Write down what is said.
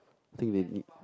think they need